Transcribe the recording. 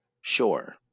sure